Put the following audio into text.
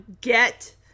get